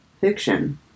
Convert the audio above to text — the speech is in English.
fiction